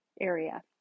area